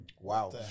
Wow